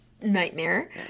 nightmare